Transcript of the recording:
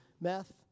meth